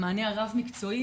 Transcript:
המענה הרב מקצועי.